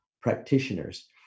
practitioners